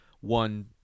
one